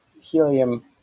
helium